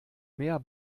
mehr